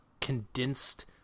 condensed